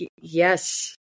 Yes